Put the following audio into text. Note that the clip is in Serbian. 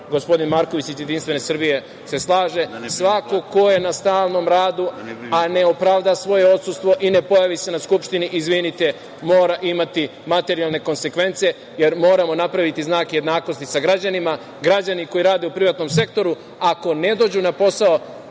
gospodin Marković iz JS se slaže, svako ko je na stalnom radu, a ne opravda svoje odsustvo i ne pojavi se na Skupštini, izvinite, mora imati materijalne konsekvence, jer moramo napraviti znak jednakosti sa građanima. Građani koji rade u privatnom sektoru ako ne dođu na posao,